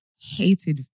hated